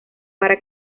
para